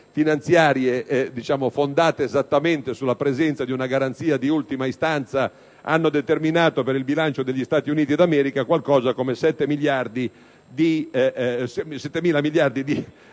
finanziarie fondate esattamente sulla presenza di una garanzia di ultima istanza hanno determinato per il bilancio degli Stati Uniti d'America un buco pari a circa 7.000 miliardi di